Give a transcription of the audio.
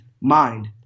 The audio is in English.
mind